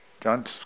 John's